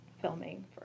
filming